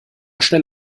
schnell